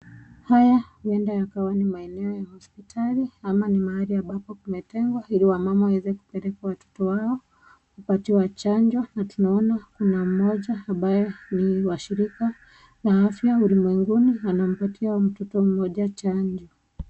Haya yaenda yakawa ni maeneo ya hospitali ama ni mahali ambapo kuletengwa ili wamama waweze kupeleka watoto wao wakati wa chanjo na tunaona kuna moja ambaye ni washirika la afya ulimwengungi anampatia huyu mtoto moja chanjo.